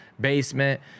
basement